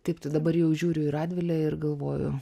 taip tai dabar jau žiūriu į radvilę ir galvoju